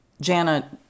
jana